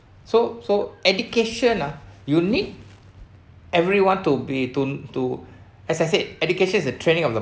so so education ah you need everyone to be ton~ to as I said education is a training of the